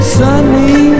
sunny